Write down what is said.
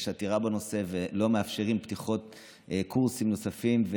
יש עתירה בנושא, ולא מאפשרים פתיחת קורסים נוספים,